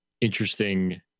interesting